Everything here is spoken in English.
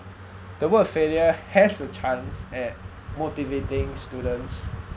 the word failure has a chance at motivating students